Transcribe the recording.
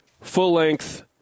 full-length